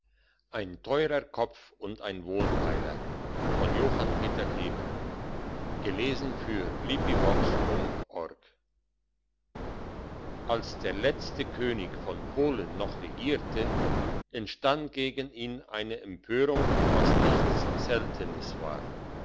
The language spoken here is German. ein teurer kopf und ein wohlfeiler als der letzte könig von polen noch regierte entstand gegen ihn eine empörung was nichts seltenes war